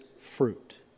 fruit